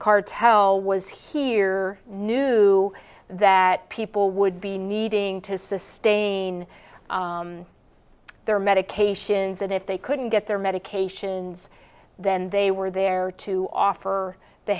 cartel was here knew that people would be needing to sustain their medications that if they couldn't get their medications then they were there to offer the